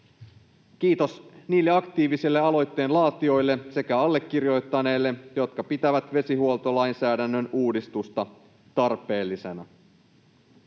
Kiitos niille aktiivisille aloitteen laatijoille sekä allekirjoittaneille, jotka pitävät vesihuoltolainsäädännön uudistusta tarpeellisena.